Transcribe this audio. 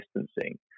distancing